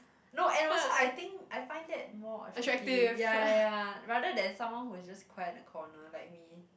no and also I think I find that more attractive ya ya ya rather than someone who is just quiet in a corner like me